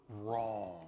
wrong